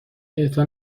اعطا